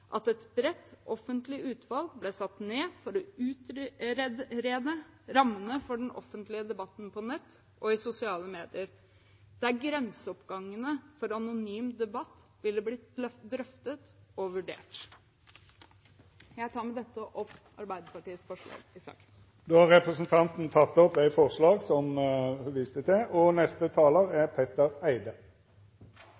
et bredt offentlig utvalg ble satt ned for å utrede rammene for den offentlige debatten på nett og i sosiale medier, der grenseoppgangene for anonym debatt ble drøftet og vurdert. Jeg tar med dette opp forslaget fra Arbeiderpartiet og SV. Representanten Maria Aasen-Svensrud har teke opp det forslaget ho refererte til. Når man leser innstillingen til denne saken, er